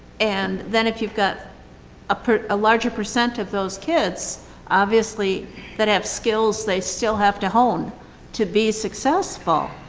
and then if you've got ah a ah larger percent of those kids obviously that have skills they still have to hone to be successful,